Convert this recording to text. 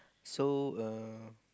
so err